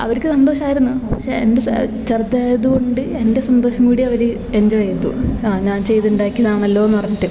അവർക്ക് സന്തോഷമായിരുന്നു പക്ഷേ ചെറുതായത് കൊണ്ട് എൻ്റെ സന്തോഷം കൂടി അവർ എൻജോയ് ചെയ്തു ആ ഞാൻ ചെയ്ത് ഉണ്ടാക്കിയതാണല്ലോന്ന് പറഞ്ഞിട്ട്